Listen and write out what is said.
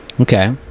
Okay